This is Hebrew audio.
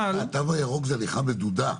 אבל --- התו הירוק זה הליכה מדודה,